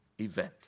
event